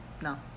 no